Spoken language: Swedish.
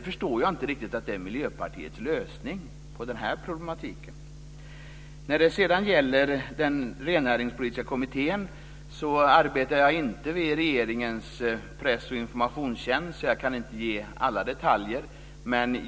När det gäller frågan om Rennäringspolitiska kommittén kan jag säga att jag inte arbetar vid regeringens press och informationstjänst. Jag kan inte ge alla detaljer.